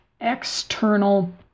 external